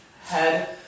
head